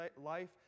life